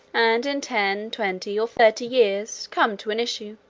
and in ten, twenty, or thirty years, come to an issue.